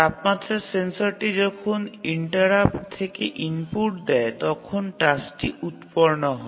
তাপমাত্রা সেন্সরটি যখন ইন্টারাপ্ট থেকে ইনপুট দেয় তখন টাস্কটি উৎপন্ন হয়